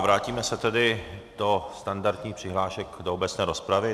Vrátíme se tedy do standardních přihlášek do obecné rozpravy.